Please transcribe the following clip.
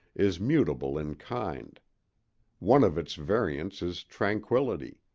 is mutable in kind one of its variants is tranquillity.